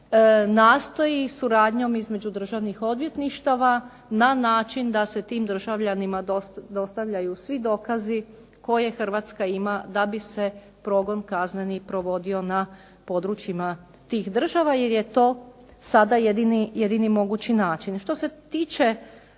nastoji suradnjom između državnih odvjetništava na način da se tim državljanima dostavljaju svi dokazi koje Hrvatska ima da bi se progon kazneni provodio na područjima tih država, jer je to sada jedini mogući način.